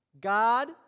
god